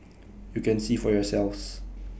you can see for yourselves